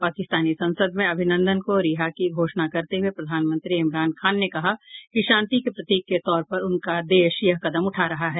पाकिस्तानी संसद में अभिनंदन को रिहा की घोषणा करते हुये प्रधानमंत्री इमरान खान ने कहा कि शांति के प्रतीक के तौर पर उनका देश यह कदम उठा रहा है